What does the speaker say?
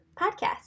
podcast